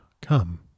come